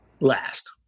Last